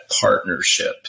partnership